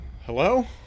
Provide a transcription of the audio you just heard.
Hello